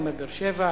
גם בבאר-שבע,